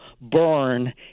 burn